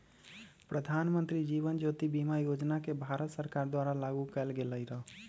प्रधानमंत्री जीवन ज्योति बीमा योजना के भारत सरकार द्वारा लागू कएल गेलई र